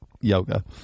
yoga